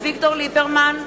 אביגדור ליברמן,